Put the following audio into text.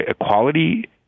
equality